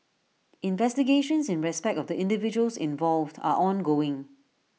investigations in respect of the individuals involved are ongoing